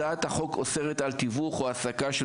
הצעת החוק אוסרת על תיווך או העסקה של